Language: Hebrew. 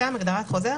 שם הוגדר חוזר,